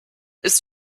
ist